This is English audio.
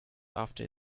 after